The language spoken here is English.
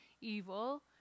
evil